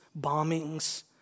bombings